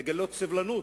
לגלות סובלנות,